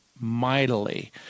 mightily